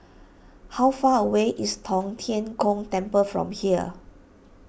how far away is Tong Tien Kung Temple from here